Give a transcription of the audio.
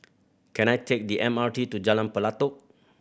can I take the M R T to Jalan Pelatok